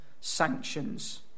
sanctions